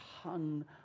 hung